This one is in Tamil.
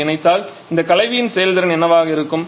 இதை இணைத்தால் இந்த கலவையின் செயல்திறன் என்னவாக இருக்கும்